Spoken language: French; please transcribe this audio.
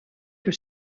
que